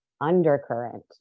undercurrent